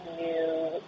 new